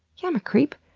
yeah, i'm a creep!